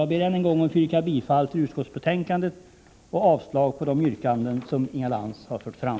Jag ber än en gång att få yrka bifall till utskottets hemställan och avslag på de yrkanden som Inga Lantz har fört fram.